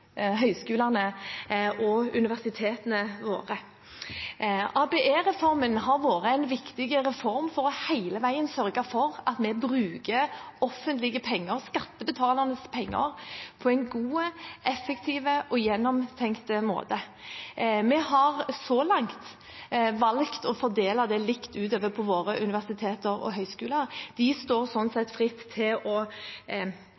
høyskolene og universitetene våre. ABE-reformen har vært en viktig reform for hele veien å sørge for at vi bruker offentlige penger, skattebetalernes penger, på en god, effektiv og gjennomtenkt måte. Vi har så langt valgt å fordele det likt utover på våre universiteter og høyskoler. De står sånn